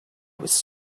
was